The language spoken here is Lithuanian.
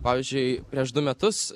pavyzdžiui prieš du metus